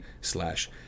slash